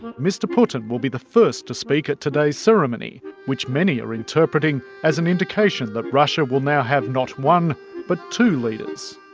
mr putin will be the first to speak at today's ceremony, which many are interpreting as an indication that russia will now have not one but two leaders.